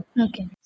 Okay